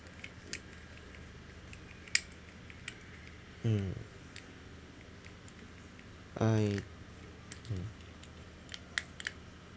mm I mm